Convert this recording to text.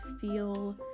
feel